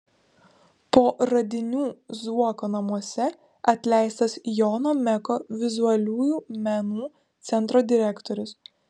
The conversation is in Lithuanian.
po radinių zuoko namuose atleistas jono meko vizualiųjų menų centro direktorius